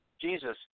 Jesus